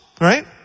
right